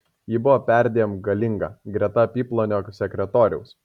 ji buvo perdėm galinga greta apyplonio sekretoriaus